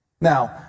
Now